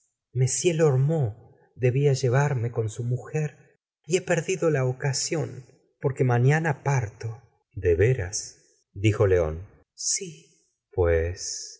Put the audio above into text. m lormeaux debía llevarme con su mujer y he perdido la ocasión porque mañana parto de veras dijo león si pues